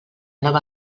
nova